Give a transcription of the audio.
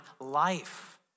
life